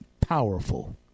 powerful